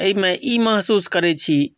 एहिमे ई महसूस करै छी